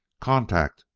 contact!